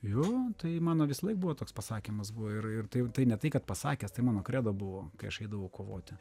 jo tai mano visąlaik buvo toks pasakymas buvo ir ir tai tai ne tai kad pasakęs tai mano kredo buvo kai aš eidavau kovoti